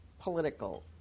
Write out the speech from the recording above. political